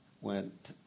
went